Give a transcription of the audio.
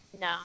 No